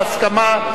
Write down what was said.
בהסכמה,